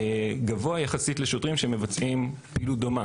גבוה יחסית לשוטרים שמבצעים פעילות דומה.